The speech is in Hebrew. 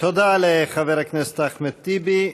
תודה לחבר הכנסת אחמד טיבי.